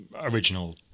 original